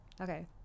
Okay